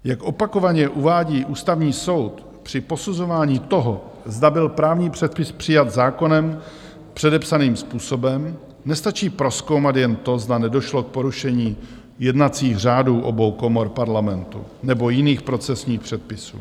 Jak opakovaně uvádí Ústavní soud, při posuzování toho, zda byl právní předpis přijat zákonem předepsaným způsobem, nestačí prozkoumat jen to, zda nedošlo k porušení jednacích řádů obou komor Parlamentu nebo jiných procesních předpisů.